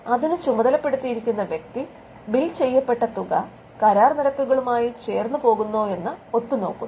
അതിന് ചുമതലപെടുത്തിയിരിക്കുന്ന വ്യക്തി ബിൽ ചെയ്യപ്പെട്ട തുക കരാർ നിരക്കുകളുമായി ചേർന്നുപോകുന്നോയെന്ന് ഒത്തുനോക്കുന്നു